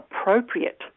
appropriate